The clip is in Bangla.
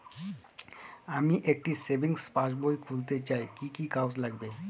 আমি একটি সেভিংস পাসবই খুলতে চাই কি কি কাগজ লাগবে?